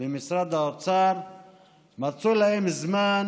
ממשרד האוצר מצאו להם זמן